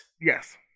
Yes